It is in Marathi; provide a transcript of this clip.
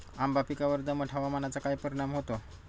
आंबा पिकावर दमट हवामानाचा काय परिणाम होतो?